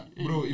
bro